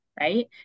right